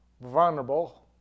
vulnerable